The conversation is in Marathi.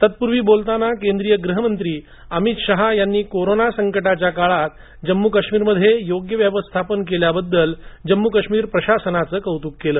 तत्पूर्वी बोलताना केंद्रीय गृहमंत्री अमित शहा यांनी कोरोना संकट काळात जम्मू काश्मीर मध्ये योग्य व्यवस्थापन केल्याबद्दल जम्मू काश्मीर सरकारचं कौतुक केलं